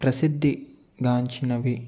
ప్రసిద్ధి గాంచినవి